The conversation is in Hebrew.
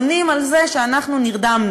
בונים על זה שאנחנו נרדמנו.